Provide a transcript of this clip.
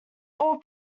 all